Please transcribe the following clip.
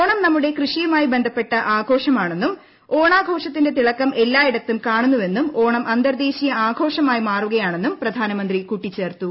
ഓണം നമ്മുടെ കൃഷിയുമായി ബന്ധപ്പെട്ട ആഘോഷമാണെന്നും ഓണാഘോഷത്തിന്റെ തിളക്കം എല്ലായി ടത്തും കാണുന്നുവെന്നും ഓണം അന്തർദ്ദേശീയ ആഘോഷമായി മാറുകയാണെന്നും പ്രധാനമന്ത്രി കൂട്ടിച്ചേർത്തു